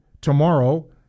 tomorrow